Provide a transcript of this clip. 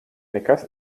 nekas